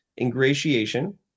ingratiation